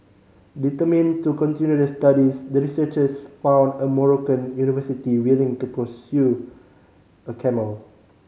determined to continue their studies the researchers found a Moroccan university willing to procure a camel